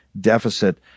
deficit